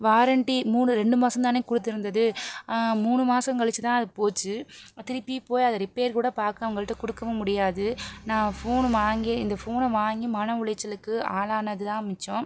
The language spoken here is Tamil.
வாரண்டி மூணு ரெண்டு மாதம் தானே கொடுத்திருந்தது மூணு மாதம் கழிச்சுதான் அது போச்சு திரும்பி போய் அதை ரிப்பேர் கூட பார்க்க அவர்கள்கிட்ட கொடுக்கவும் முடியாது நான் ஃபோனை வாங்கி இந்த ஃபோனை வாங்கி மன உளைச்சலுக்கு ஆளானதுதான் மிச்சம்